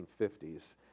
1950s